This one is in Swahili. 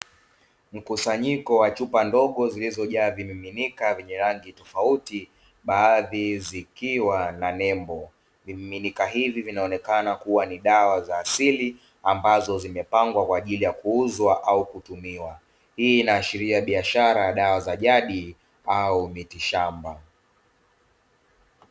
Mkusanyiko wa chupa ndogo zilizojaa vimiminika vyenye rangi tofauti baadhi zikiwa na nembo. Vimiminika hivi vinaonekana kuwa ni dawa za asili ambazo zimepangwa kwa ajili ya kuuzwa au kutumiwa. Hii inaashiri biashara ya dawa za jadi au mitishamba.